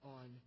on